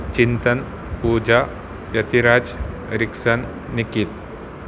Chintan Pooja Yathiraj Ericsson Nikhil